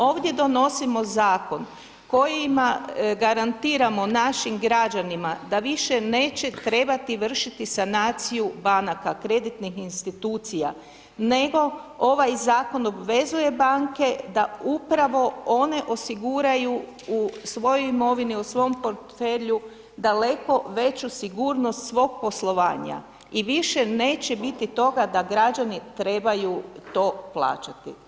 Ovdje donosimo zakon kojima garantiramo našim građanima da više neće trebati vršiti sanaciju banaka, kreditnih institucija, nego ovaj zakon obvezuje banke da upravo one osiguraju u svojoj imovini, u svom portfelju daleko veću sigurnost svog poslovanja i više neće biti toga da građani trebaju to plaćati.